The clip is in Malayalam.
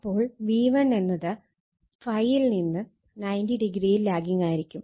അപ്പോൾ V1 എന്നത് ∅ ൽ നിന്ന് 90o ൽ ലാഗിങ്ങായിരിക്കും